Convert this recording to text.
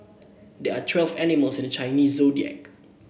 there are twelve animals in the Chinese Zodiac